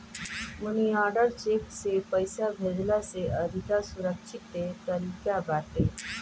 मनी order cheque से पईसा भेजला से अधिका सुरक्षित तरीका बाटे